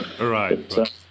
Right